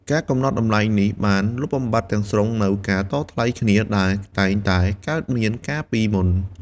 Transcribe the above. ការកំណត់តម្លៃនេះបានលុបបំបាត់ទាំងស្រុងនូវការតថ្លៃគ្នាដែលតែងតែកើតមានកាលពីមុន។